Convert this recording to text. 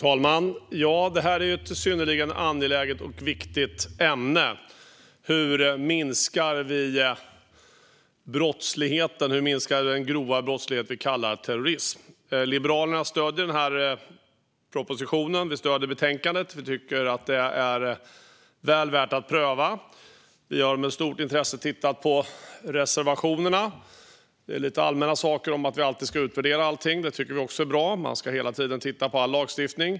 Fru talman! Detta är ett synnerligen angeläget och viktigt ämne. Hur minskar vi brottsligheten? Och hur minskar vi den grova brottslighet som vi kallar terrorism? Liberalerna stöder propositionen och betänkandet. Vi tycker att detta är väl värt att pröva. Vi har med stort intresse tittat på reservationerna. Där finns lite allmänna saker om att vi ska utvärdera allt möjligt. Det tycker också vi är bra. Man ska hela tiden titta på all lagstiftning.